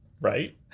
Right